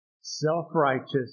self-righteous